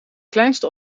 kleinste